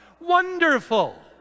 wonderful